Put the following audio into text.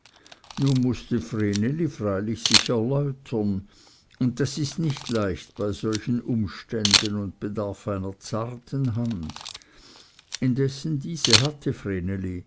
nun mußte vreneli freilich sich erläutern und das ist nicht leicht bei solchen umständen und bedarf einer zarten hand indessen diese hatte